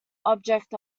object